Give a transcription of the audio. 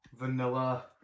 vanilla